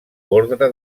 ordre